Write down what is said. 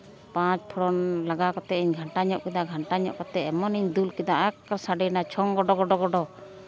ᱯᱟᱸᱪ ᱯᱷᱚᱲᱚᱱ ᱞᱟᱜᱟᱣ ᱠᱟᱛᱮ ᱤᱧ ᱜᱷᱟᱱᱴᱟ ᱧᱚᱜ ᱠᱮᱫᱟ ᱜᱷᱟᱱᱴᱟ ᱧᱚᱜ ᱠᱟᱛᱮ ᱮᱢᱚᱱᱤᱧ ᱫᱩᱞ ᱠᱮᱫᱟ ᱥᱟᱰᱮᱭᱮᱱᱟ ᱪᱷᱚᱝ ᱜᱚᱰᱚᱼᱜᱚᱰᱚ